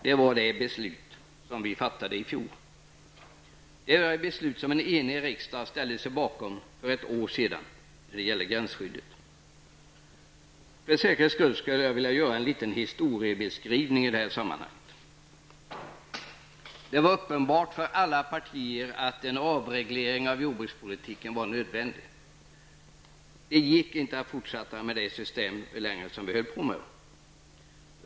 Det var innebörden av det beslut som riksdagen i enighet ställde sig bakom för ett år sedan när det gällde gränsskyddet. För säkerhets skull skulle jag vilja göra en liten historiebeskrivning i detta sammanhang. Det var uppenbart för alla partier att en avreglering av jordbrukspolitiken var nödvändig. Det gick inte längre att fortsätta med det system som vi hade.